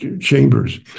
chambers